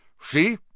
See